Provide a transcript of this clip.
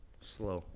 Slow